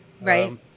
Right